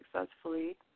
successfully